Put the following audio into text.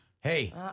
Hey